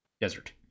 desert